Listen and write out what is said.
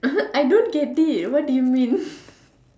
I don't get it what do you mean